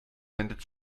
wendet